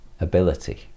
ability